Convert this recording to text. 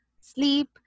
sleep